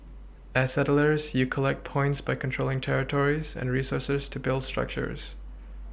as settlers you collect points by controlling territories and resources to build structures